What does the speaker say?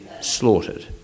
slaughtered